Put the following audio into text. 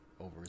over